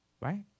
right